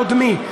קודמי,